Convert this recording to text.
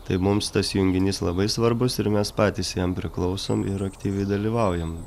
tai mums tas junginys labai svarbus ir mes patys jam priklausom ir aktyviai dalyvaujam